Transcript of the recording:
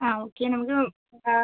ആ ഓക്കെ നമുക്ക് എന്താ